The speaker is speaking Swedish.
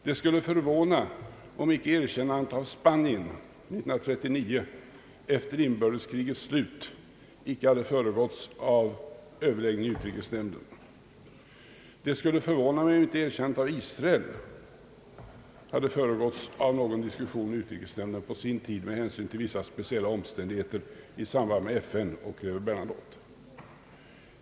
Det skulle förvåna, om erkännandet av Spanien 1939 efter inbördeskrigets slut icke hade föregåtts av överläggning i utrikesnämnden på sin tid, liksom erkännandet av Israel med hänsyn till vissa speciella omständigheter i samband med FN och greve Bernadotte.